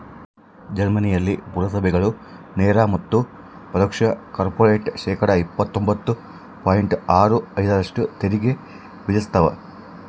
ಜರ್ಮನಿಯಲ್ಲಿ ಪುರಸಭೆಗಳು ನೇರ ಮತ್ತು ಪರೋಕ್ಷ ಕಾರ್ಪೊರೇಟ್ ಶೇಕಡಾ ಇಪ್ಪತ್ತೊಂಬತ್ತು ಪಾಯಿಂಟ್ ಆರು ಐದರಷ್ಟು ತೆರಿಗೆ ವಿಧಿಸ್ತವ